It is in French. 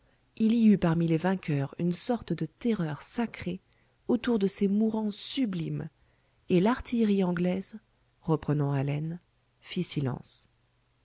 il y eut parmi les vainqueurs une sorte de terreur sacrée autour de ces mourants sublimes et l'artillerie anglaise reprenant haleine fit silence